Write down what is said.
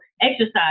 exercise